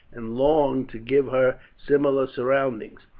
and longed to give her similar surroundings.